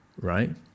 right